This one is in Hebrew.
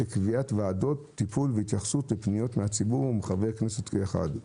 לקביעת ועדות טיפול והתייחסות לפניות מן הציבור ומחברי כנסת כאחד."